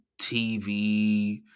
TV